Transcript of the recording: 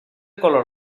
color